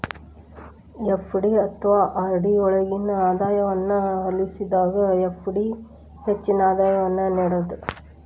FD ಅಥವಾ RD ಯೊಳ್ಗಿನ ಆದಾಯವನ್ನ ಹೋಲಿಸಿದಾಗ ಎಫ್.ಡಿ ಹೆಚ್ಚಿನ ಆದಾಯವನ್ನು ನೇಡ್ತದ